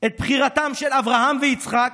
את בחירתם של אברהם ויצחק,